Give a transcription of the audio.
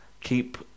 keep